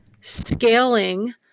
scaling